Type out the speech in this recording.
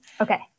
Okay